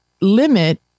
limit